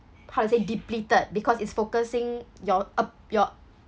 how to say depleted because it's focusing your ap~ your